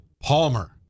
Palmer